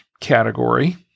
category